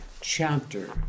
chapter